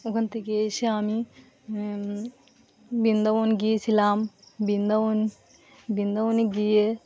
ওখান থেকে এসে আমি বৃন্দাবন গিয়েছিলাম বৃন্দাবন বৃন্দাবনে গিয়ে